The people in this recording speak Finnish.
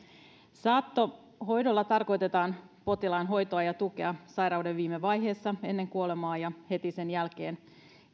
saattohoidolla tarkoitetaan potilaan hoitoa ja tukea sairauden viime vaiheessa ennen kuolemaa ja heti sen jälkeen